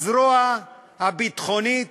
הזרוע הביטחונית